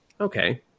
okay